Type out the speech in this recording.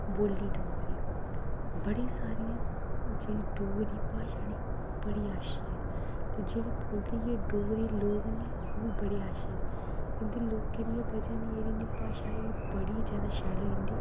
बोल्ली डोगरी सारे जेह्ड़े डोगरी भाशा जेह्ड़ी बड़ी अच्छी ऐ ते जेह्ड़े बोलदे एह् डोगरे लोग न ओह्बी बड़े अच्छे न इंदे लोकें दी एह् जेह्ड़ी भाशा ऐ एह् बड़ी जादा शैल होई जंदी